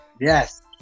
Yes